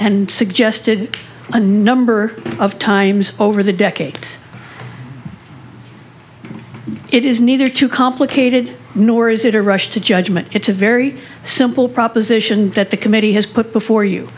and suggested a number of times over the decades it is neither too complicated nor is it a rush to judgment it's a very simple proposition that the committee has put before you